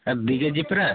sir ଦୁଇ K G ପରା